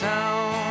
Town